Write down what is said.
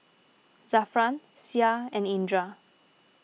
Zafran Syah and Indra